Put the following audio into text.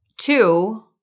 Two